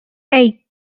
eight